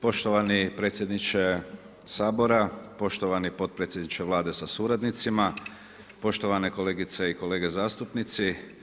Poštovani predsjedniče Sabora, poštovani potpredsjedniče Vlade sa suradnicima, poštovane kolegice i kolege zastupnici.